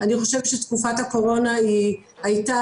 אני חושבת שתקופת הקורונה היא היתה